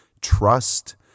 trust